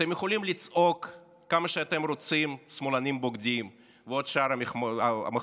אתם יכולים לצעוק כמה שאתם רוצים "שמאלנים בוגדים" ועוד שאר מחמאות,